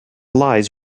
lies